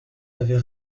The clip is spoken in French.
avait